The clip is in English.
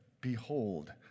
Behold